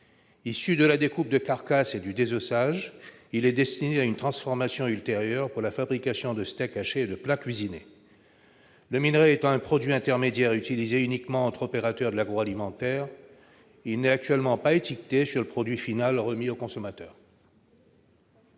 issu de la découpe des carcasses et du désossage. Il est destiné à une transformation ultérieure, pour la fabrication de steaks hachés et de plats cuisinés. Le minerai étant un produit intermédiaire utilisé uniquement entre opérateurs de l'agroalimentaire, il n'est actuellement pas étiqueté sur le produit final remis au consommateur.